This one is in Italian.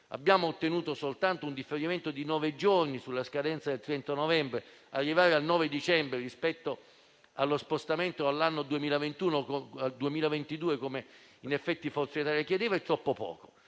Abbiamo ottenuto soltanto un differimento di nove giorni sulla scadenza del 30 novembre, arrivando al 9 dicembre che rispetto allo spostamento all'anno 2022, come in effetti Forza Italia aveva chiesto, è troppo poco.